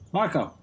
Marco